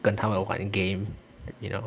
跟他们玩 game you know